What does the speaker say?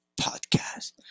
podcast